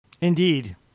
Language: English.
Indeed